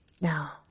Now